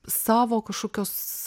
savo kažkokios